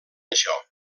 això